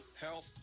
health